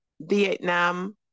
Vietnam